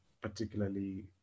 particularly